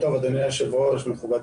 בוקר טוב, אדוני היושב-ראש, מכובדיי.